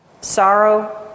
Sorrow